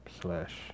slash